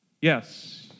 yes